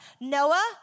Noah